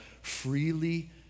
freely